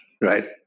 right